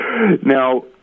Now